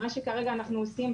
מה שכרגע אנחנו עושים,